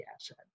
asset